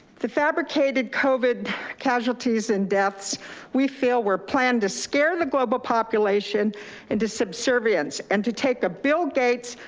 the fabricated covid casualties in deaths we fail. we're planned to scare the global population in to subservience, and to take a bill gates,